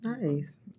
Nice